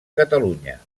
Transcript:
catalunya